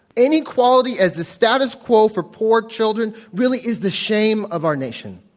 inequality as the status quo for poor children really is the shame of our nation.